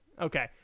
Okay